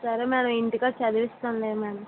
సరే మ్యాడం ఇంటి కాడ చదివిస్తానులే మ్యాడం